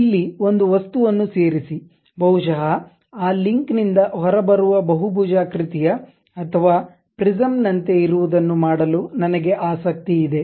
ಇಲ್ಲಿ ಒಂದು ವಸ್ತುವನ್ನು ಸೇರಿಸಿ ಬಹುಶಃ ಆ ಲಿಂಕ್ ನಿಂದ ಹೊರಬರುವ ಬಹುಭುಜಾಕೃತಿಯ ಅಥವಾ ಪ್ರಿಸ್ಮ್ ನಂತೆ ಇರುವದನ್ನು ಮಾಡಲು ನನಗೆ ಆಸಕ್ತಿ ಇದೆ